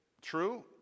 true